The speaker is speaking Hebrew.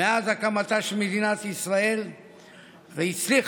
מאז הקמתה של מדינת ישראל והצליחה